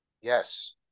yes